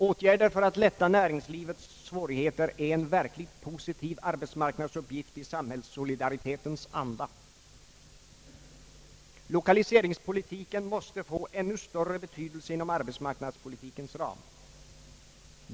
Åtgärder för att mildra näringslivets svårigheter är en verkligt positiv arbetsmarknadsuppgift i samhällssolidaritetens anda. Lokaliseringspolitiken måste få ännu större betydelse inom arbetsmarknadspolitikens ram.